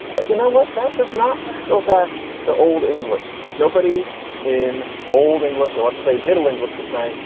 but you know what? that does not go back to old english. nobody in old english or let's say middle english will saying,